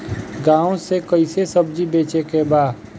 गांव से कैसे सब्जी बेचे के बा?